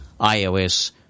iOS